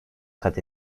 kat